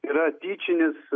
yra tyčinis